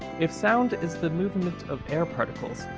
if sound is the movement of air particles,